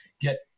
get